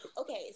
Okay